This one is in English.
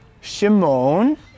Shimon